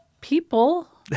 people